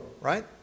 right